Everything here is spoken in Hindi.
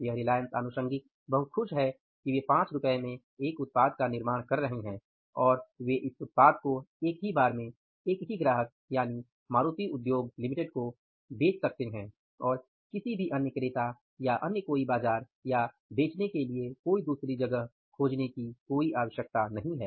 यह रिलायंस आनुषंगीक बहुत खुश है कि वे 5 रु में एक उत्पाद का निर्माण कर रहे हैं और वे इस उत्पाद को एक ही बार में एक ही ग्राहक यानि मारुती उद्योग लिमिटेड को बेच सकते हैं और किसी भी अन्य क्रेता या अन्य कोई बाजार या कोई दूसरी जगह खोजने की कोई आवश्यकता नहीं है